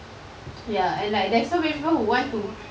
ya and like there's so many people who want to